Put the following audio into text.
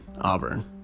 Auburn